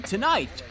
Tonight